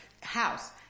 House